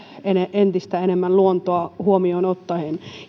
entistä enemmän luontoa huomioon ottaen